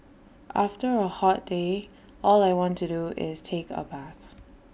after A hot day all I want to do is take A bath